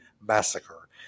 Massacre